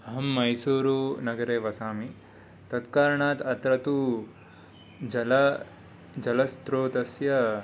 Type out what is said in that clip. अहं मैसूरुनगरे वसामि तत्कारणात् अत्र तु जल जलस्त्रोतस्य